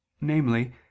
namely